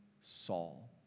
Saul